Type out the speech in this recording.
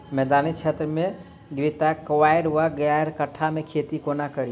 मैदानी क्षेत्र मे घृतक्वाइर वा ग्यारपाठा केँ खेती कोना कड़ी?